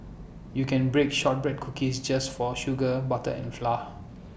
you can bake Shortbread Cookies just for sugar butter and flour